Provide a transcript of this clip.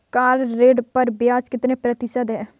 Car ऋण पर ब्याज कितने प्रतिशत है?